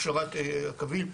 הכשרת הקווים.